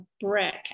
brick